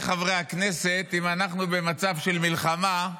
עמיתיי חברי הכנסת, אם אנחנו במצב של מלחמה,